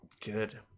good